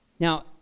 Now